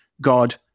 god